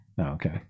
okay